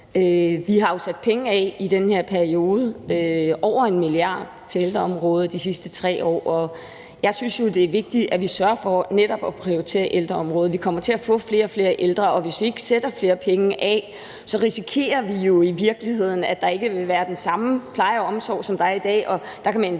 Vi har jo sat penge af i den her periode – over 1 mia. kr. – til ældreområdet over de sidste 3 år, og jeg synes jo, det er vigtigt, at vi netop sørger for at prioritere ældreområdet. Vi kommer til at få flere og flere ældre, og hvis vi ikke sætter flere penge af, risikerer vi jo i virkeligheden, at der ikke vil være den samme pleje og omsorg, som der er i dag.